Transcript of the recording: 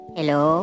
Hello